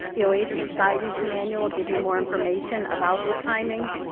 the oasis guidance manual will give you more information about the timing.